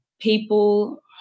people